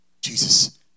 Jesus